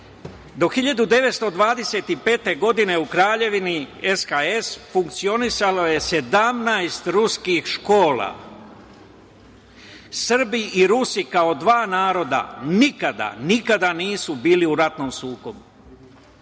Do 1925. godine u Kraljevini Srba, Hrvata i Slovenaca funkcionisalo je 17 ruskih škola. Srbi i Rusi kao dva naroda, nikada, nikada nisu bili u ratnom sukobu.